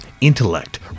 Intellect